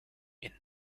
inn